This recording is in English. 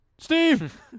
Steve